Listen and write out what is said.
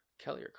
Kelly